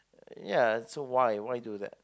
uh ya so why why do that